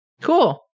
Cool